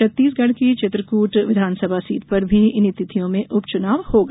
छत्तीसगढ़ की चित्रकूट विधानसभा सीट पर भी इन्हीं तिथियों में उप चुनाव होगा